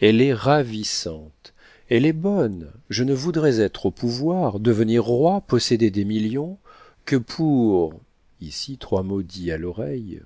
elle est ravissante elle est bonne je ne voudrais être au pouvoir devenir roi posséder des millions que pour ici trois mots dits à l'oreille